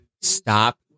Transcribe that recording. Stop